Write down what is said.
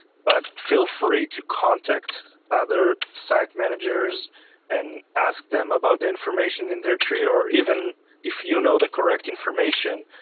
but feel free to contact other site managers and ask them about the information in their tree. or even if you know the correct information,